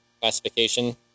classification